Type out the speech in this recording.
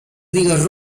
ligas